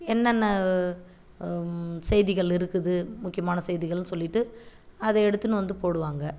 என்னென்ன செய்திகள் இருக்குது முக்கியமான செய்திகள்னு சொல்லிட்டு அதை எடுத்துன்னு வந்து போடுவாங்க